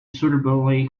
suitably